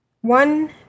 one